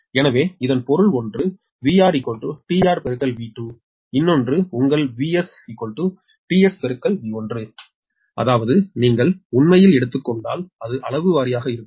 எனவே இதன் பொருள் ஒன்று 𝑽𝑹𝒕𝑹∗𝑽𝟐 இன்னொன்று உங்கள் 𝑽𝑺𝒕𝑺∗𝑽𝟏 அதாவது நீங்கள் உண்மையில் எடுத்துக்கொண்டால் அது அளவு வாரியாக இருக்கும்